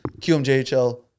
QMJHL